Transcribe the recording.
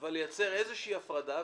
אבל בואו ניצור איזושהי הפרדה,